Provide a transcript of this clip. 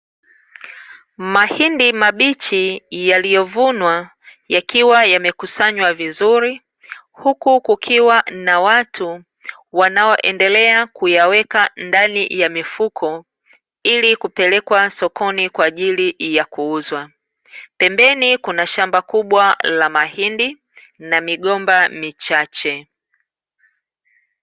Mahindi mabichi yaliyovunwa yakiwa yamekusanywa vizuri, huku kukiwa na watu wanaoendelea kuyaweka ndani ya mifuko ili kupelekwa sokoni kwa ajili ya kuuzwa. Pembeni kuna shamba kubwa la mahindi na migomba michache.